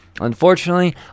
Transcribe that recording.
Unfortunately